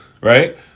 right